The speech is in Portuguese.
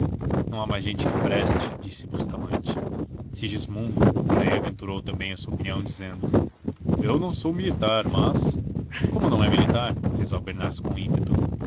não há mais gente que preste disse bustamante segismundo por aí aventurou também a sua opinião dizendo eu não sou militar mas como não é militar fez albernaz com ímpeto